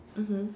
mmhmm